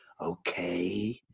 okay